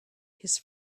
his